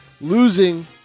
losing